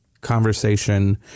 conversation